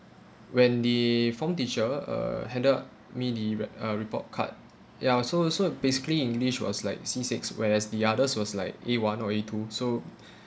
when the form teacher uh handed me the re~ uh report card ya so so basically english was like C six whereas the others was like A one or A two so